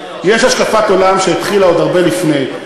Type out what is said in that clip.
יש השקפת עולם שהתחילה עוד הרבה לפני.